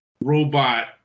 robot